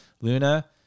Luna